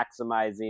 maximizing